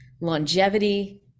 longevity